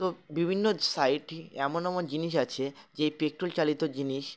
তো বিভিন্ন সাইট এমন এমন জিনিস আছে যেই পেট্রোল চালিত জিনিস